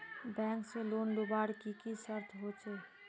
Bank से loan लुबार की की शर्त होचए?